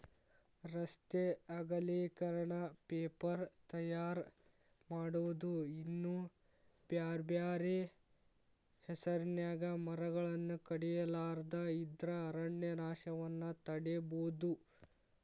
ರಸ್ತೆ ಅಗಲೇಕರಣ, ಪೇಪರ್ ತಯಾರ್ ಮಾಡೋದು ಇನ್ನೂ ಬ್ಯಾರ್ಬ್ಯಾರೇ ಹೆಸರಿನ್ಯಾಗ ಮರಗಳನ್ನ ಕಡಿಲಾರದ ಇದ್ರ ಅರಣ್ಯನಾಶವನ್ನ ತಡೇಬೋದು